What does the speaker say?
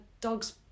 dog's